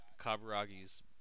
Kaburagi's